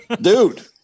Dude